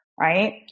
right